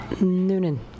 Noonan